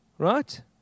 right